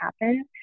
happen